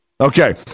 Okay